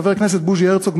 חבר הכנסת בוז'י הרצוג,